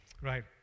Right